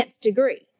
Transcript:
degree